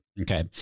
okay